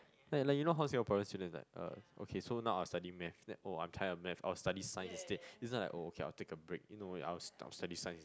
eh like you know how Singaporean students like uh okay so now I study math then oh I'm tired of math I'll study science instead this one like oh okay I'll take a break you know I'll I'll study science